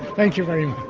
thank you very